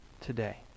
today